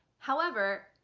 however,